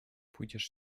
pójdziesz